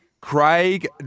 Craig